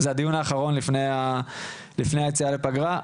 זה הדיון האחרון לפני היציאה לפגרה,